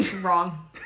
Wrong